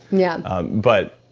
yeah um but,